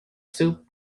soup